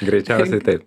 greičiausiai taip